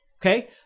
okay